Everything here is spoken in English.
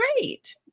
great